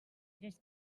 tres